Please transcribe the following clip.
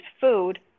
food